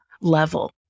level